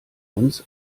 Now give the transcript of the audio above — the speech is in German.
uns